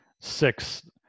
six